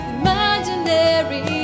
imaginary